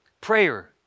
Prayer